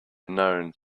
known